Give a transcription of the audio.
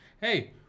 Hey